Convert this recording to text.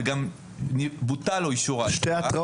וגם בוטל לו אישור העבודה.